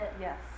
Yes